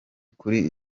kuri